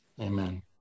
Amen